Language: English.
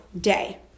day